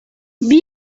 бир